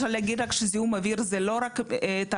אני רוצה להגיד רק שזיהום אוויר זה לא רק תעשייה,